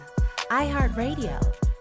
iHeartRadio